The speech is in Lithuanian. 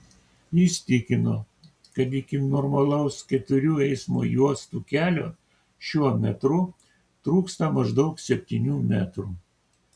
jis tikino kad iki normalaus keturių eismo juostų kelio šiuo metru trūksta maždaug septynių metrų